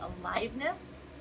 aliveness